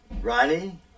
Ronnie